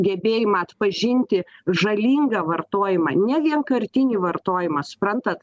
gebėjimą atpažinti žalingą vartojimą ne vienkartinį vartojimą suprantat